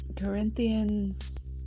Corinthians